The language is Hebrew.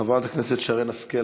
חברת הכנסת שרן השכל,